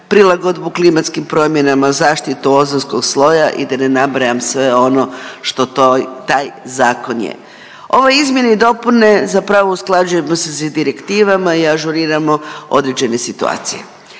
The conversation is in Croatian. prilagodbu klimatskim promjenama, zaštitu ozonskog sloja i da ne nabrajam sve ono što to, taj zakon je. Ove izmjene i dopune zapravo usklađujemo se sa direktivama i ažuriramo određene situacije.